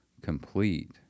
complete